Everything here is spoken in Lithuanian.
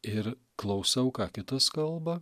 ir klausau ką kitas kalba